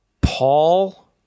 Paul